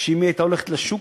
כשאמי הייתה הולכת לשוק,